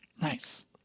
Nice